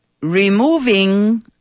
removing